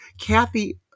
Kathy